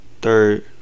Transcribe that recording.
third